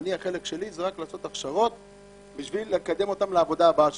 החלק שלי זה רק לעשות הכשרות כדי לקדם אותם לעבודה הבאה שלהם.